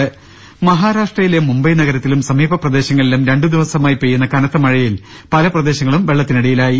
്്്്്്്്് മഹാരാഷ്ട്രയിലെ മുംബൈ നഗരത്തിലും സമീപ പ്രദേശങ്ങളിലും രണ്ടു ദിവസമായി പെയ്യുന്ന കനത്ത മഴയിൽ പല പ്രദേശങ്ങളും വെള്ളത്തിനടിയിലായി